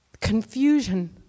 confusion